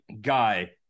guy